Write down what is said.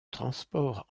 transport